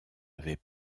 avait